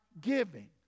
giving